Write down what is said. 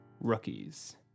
rookies